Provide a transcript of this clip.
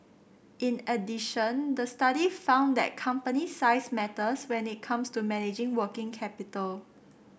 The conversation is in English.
in addition the study found that company size matters when it comes to managing working capital